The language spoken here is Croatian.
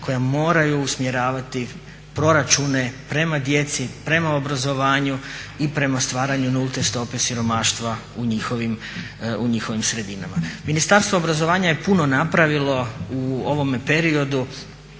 koja moraju usmjeravati proračune prema djeci, prema obrazovanju i prema stvaranju nulte stope siromaštva u njihovim sredinama. Ministarstvo obrazovanja je puno napravilo u ovome periodu